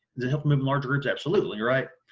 um in larger groups? absolutely, right?